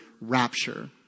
rapture